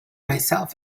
myself